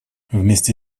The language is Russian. вместе